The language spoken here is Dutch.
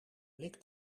blik